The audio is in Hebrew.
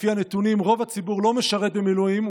לפי הנתונים רוב הציבור לא משרת במילואים,